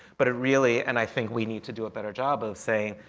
but it really and i think we need to do a better job of saying,